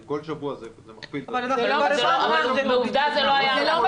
ואם כל שבוע זה מכפיל את עצמו --- אבל עובדה שזה לא היה ככה.